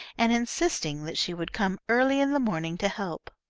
and insisting that she would come early in the morning to help.